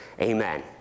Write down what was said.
amen